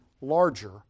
larger